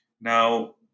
Now